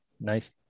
Nice